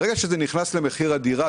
ברגע שזה נכנס למחיר הדירה,